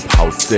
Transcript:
House